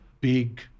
big